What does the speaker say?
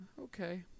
Okay